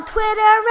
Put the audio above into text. Twitter